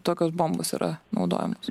tokios bombos yra naudojamos